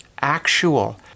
actual